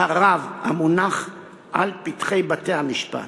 הרב המונח לפתחי בתי-המשפט.